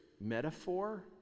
metaphor